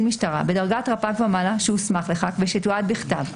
משטרה בדרגת רפ"ק ומעלה שהוסמך לכך ושיתועד בכתב.